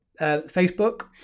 Facebook